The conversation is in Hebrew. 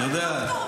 את יודעת -- תתפלא,